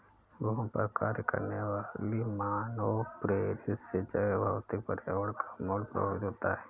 भूमि पर कार्य करने वाली मानवप्रेरित से जैवभौतिक पर्यावरण का मूल्य प्रभावित होता है